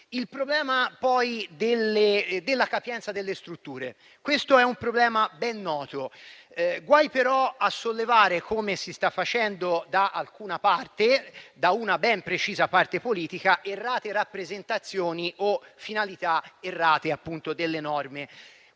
Il problema della capienza delle strutture è ben noto. Guai però a sollevare, come si sta facendo da una ben precisa parte politica, errate rappresentazioni o finalità errate delle norme.